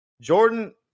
Jordan